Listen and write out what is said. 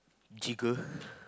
jiggle